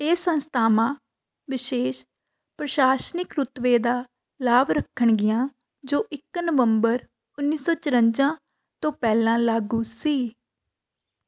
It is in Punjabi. ਇਹ ਸੰਸਥਾਵਾਂ ਵਿਸ਼ੇਸ਼ ਪ੍ਰਸ਼ਾਸਨਿਕ ਰੁਤਬੇ ਦਾ ਲਾਭ ਰੱਖਣਗੀਆਂ ਜੋ ਇੱਕ ਨਵੰਬਰ ਉੱਨੀ ਸੌ ਚੁਰੰਜਾ ਤੋਂ ਪਹਿਲਾਂ ਲਾਗੂ ਸੀ